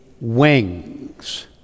wings